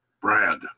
Brad